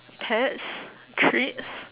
pets treats